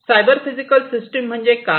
cyber physical system म्हणजे काय